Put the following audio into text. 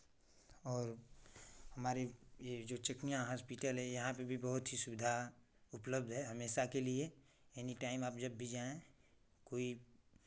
और हमारे ये जो चकियाँ हॉस्पिटल है यहाँ पर भी बहुत सुविधा उपलब्ध है हमेशा के लिए एनीटाइम आप जब भी जाएँ कोई